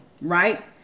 right